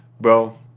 bro